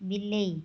ବିଲେଇ